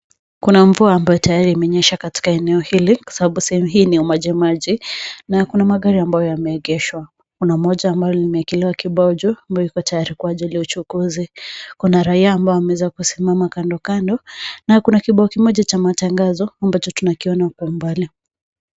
Kuna mvua ambayo tayari imenyesha katika eneo hili kwa sababu sehemu hii ina majimaji na kuna magari ambayo yameegeshwa. Kuna moja ambalo limewekelewa kibao juu ambalo liko tayari kwa ajili ya uchukuzi. Kuna raia ambao wameweza kusimama kandokando na kuna kibao kimoja cha matangazo ambacho tunakiona kwa umbali.